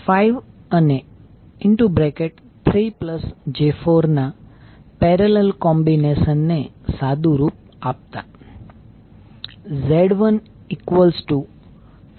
5અને 3j4 ના parallel combination ને સાદુરૂપ આપતા Z15||3j42